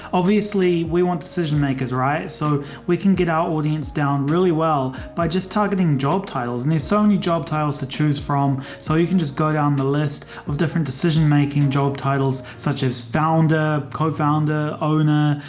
obviously, we want decision makers, right, so we can get our audience down really well by just targeting job titles and so many job titles to choose from. so you can just go down the list of different decision making job titles such as founder, co-founder, owner,